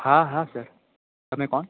હા હા સર તમે કોણ